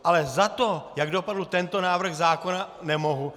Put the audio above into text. Ale za to, jak dopadl tento návrh zákona, nemohu.